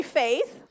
faith